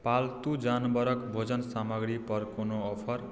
पालतू जानवरक भोजन सामग्री पर कोनो ऑफर